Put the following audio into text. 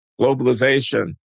globalization